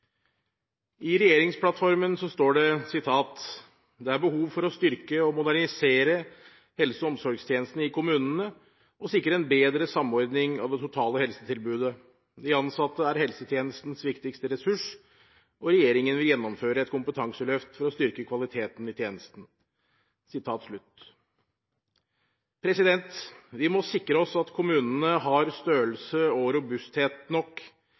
I regjeringsplattformen står det: «Det er behov for å styrke og modernisere helse- og omsorgstjenesten i kommunene og sikre en bedre samordning av det totale helsetilbudet. De ansatte er helsetjenestens viktigste ressurs og regjeringen vil gjennomføre et kompetanseløft for å styrke kvaliteten i tjenesten.» Vi må sikre oss at kommunene har størrelse og robusthet nok